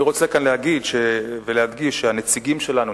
אני רוצה להדגיש שהנציגים שלנו,